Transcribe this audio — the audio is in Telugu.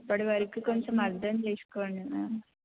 ఇప్పటి వరకు కొంచెం అర్థం చేసుకోండి మ్యామ్